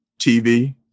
TV